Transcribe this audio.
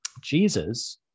Jesus